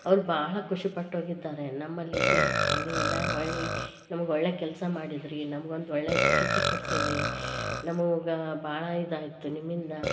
ಅವ್ರು ಭಾಳ ಖುಷಿ ಪಟ್ಟೋಗಿದ್ದಾರೆ ನಮ್ಮಲ್ಲಿ ಇದ್ದಿಲ್ಲಪ್ಪ ನೀವೆಲ್ಲ ಒಳ್ಳೆ ನಮ್ಗೆ ಒಳ್ಳೆ ಕೆಲಸ ಮಾಡಿದೀರಿ ನಮ್ಗೊಂದು ಒಳ್ಳೆ ಚಿಕಿತ್ಸೆ ಕೊಡಿಸಿದ್ರಿ ನಮ್ಮ ಅವ್ವಗೆ ಭಾಳ ಇದಾಯಿತು ನಿಮ್ಮಿಂದ